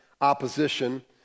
opposition